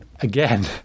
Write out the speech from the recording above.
again